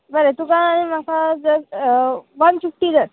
बरें तुका म्हाका जस्ट वन फिफ्टी धर